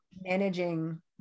managing